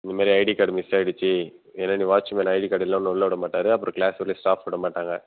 இது மாதிரி ID card miss ஆயிடுச்சு ஏனால் நீ வாட்ச் மேன் ஐடி கார்டு இல்லாமல் உன்னை உள்ளே விட மாட்டார் அப்புறம் கிளாஸ் வந்து ஸ்டாஃப் விட மாட்டாங்க